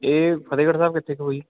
ਇਹ ਫਤਿਹਗੜ੍ਹ ਸਾਹਿਬ ਕਿੱਥੇ ਕੁ ਹੋਈ